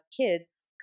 kids